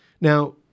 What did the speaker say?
Now